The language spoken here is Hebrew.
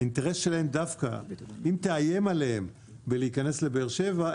האינטרס שלהם דווקא שאם תאיים עליהם להיכנס לבאר-שבע,